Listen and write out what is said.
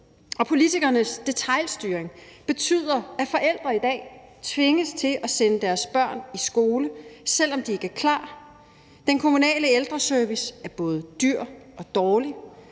og politikernes detailstyring betyder, at forældre i dag tvinges til at sende deres børn i skole, selv om de ikke er klar. Den kommunale ældreservice er både dyr og dårlig